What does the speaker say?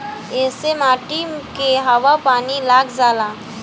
ऐसे माटी के हवा आ पानी लाग जाला